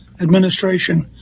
administration